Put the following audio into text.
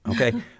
okay